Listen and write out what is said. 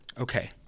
Okay